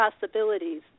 possibilities